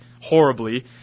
horribly